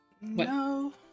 no